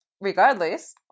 regardless